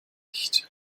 nicht